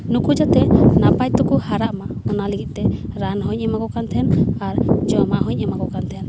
ᱱᱩᱠᱩ ᱡᱟᱛᱮ ᱱᱟᱯᱟᱭ ᱛᱮᱠᱚ ᱦᱟᱨᱟᱜᱢᱟ ᱚᱱᱟ ᱞᱟᱹᱜᱤᱫ ᱛᱮ ᱨᱟᱱ ᱦᱚᱧ ᱮᱢᱟ ᱠᱚ ᱠᱟᱱ ᱛᱟᱦᱮᱱ ᱟᱨ ᱡᱚᱢᱟᱜ ᱦᱚᱧ ᱮᱢᱟ ᱠᱚ ᱠᱟᱱ ᱛᱟᱦᱮᱱ